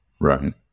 Right